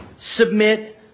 submit